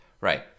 right